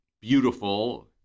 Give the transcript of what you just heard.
beautiful